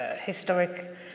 historic